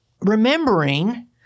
Remembering